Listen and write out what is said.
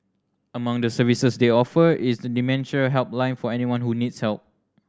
among the services they offer is a dementia helpline for anyone who needs help